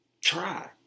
try